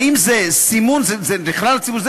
האם זה סימון לכלל הציבור?